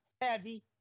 heavy